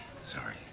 Sorry